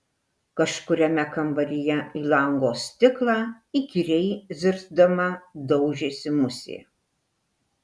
kažkuriame kambaryje į lango stiklą įkyriai zirzdama daužėsi musė